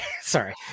Sorry